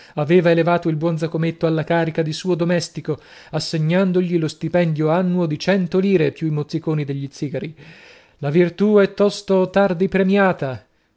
aveva elevato il buon zaccometto alla carica di suo domestico assegnandogli lo stipendio annuo di cento lire più i mozziconi degli zigari la virtù è tosto o tardi premiata